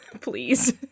please